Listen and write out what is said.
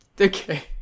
Okay